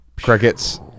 Crickets